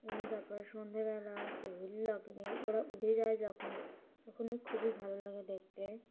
তারপর সন্ধেবেলা লাগলে ওরা উড়ে যায় যখন তখনও খুবই ভালো লাগে দেখতে